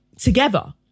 together